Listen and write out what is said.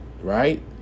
right